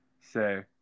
say